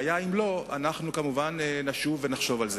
והיה אם לא, אנחנו כמובן נשוב ונחשוב על זה.